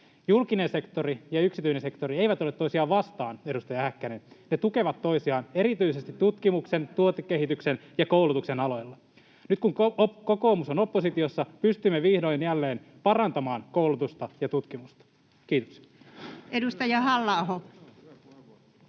Julkinen sektori ja yksityinen sektori eivät ole toisiaan vastaan, edustaja Häkkänen. Ne tukevat toisiaan erityisesti tutkimuksen, tuotekehityksen ja koulutuksen aloilla. Nyt, kun kokoomus on oppositiossa, pystymme vihdoin jälleen parantamaan koulutusta ja tutkimusta. — Kiitoksia. [Speech